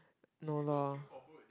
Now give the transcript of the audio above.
no lor